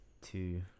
Two